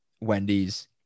wendy's